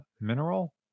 mineral